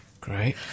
great